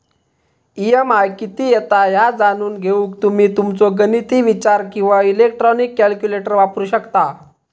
EMI किती येता ह्या जाणून घेऊक तुम्ही तुमचो गणिती विचार किंवा इलेक्ट्रॉनिक कॅल्क्युलेटर वापरू शकता